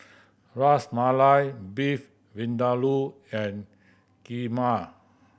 Ras Malai Beef Vindaloo and Kheema